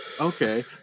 okay